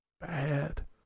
Bad